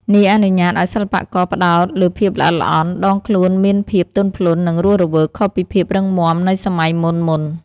នេះអនុញ្ញាតឱ្យសិល្បករផ្តោតលើភាពល្អិតល្អន់ ដងខ្លួនមានភាព ទន់ភ្លន់ និងរស់រវើក ខុសពីភាពរឹងម៉ាំនៃសម័យមុនៗ។